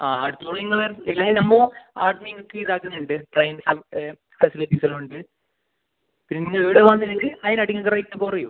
ആ അവിടത്തെ ഓള് നിങ്ങളെ ഇല്ലേ നമ്മൾ ആടന്ന് ഇനിക്ക് ഇതാക്കുന്നുണ്ട് ട്രെയിൻ ഫെസിലിറ്റീസ് എല്ലാം ഉണ്ട് പിന്നെ ഇവിടെ വന്നെങ്കിൽ അതിന് അതിൻ്റെ റേറ്റ് കുറയും